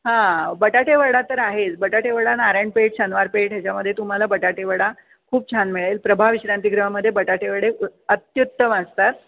हां बटाटेवडा तर आहेच बटाटेवडा नारायणपेठ शनिवारपेठ ह्याच्यामध्ये तुम्हाला बटाटेवडा खूप छान मिळेल प्रभा विश्रांतीगृहामध्ये बटाटेवडे उ अत्युत्तम असतात